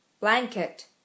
blanket